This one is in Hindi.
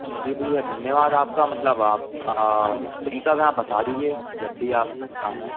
चलिए भैया धन्यवाद आपका मतलब आप फ़्री कब हैं आप बता दीजिए जब भी आप बताना है